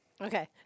Okay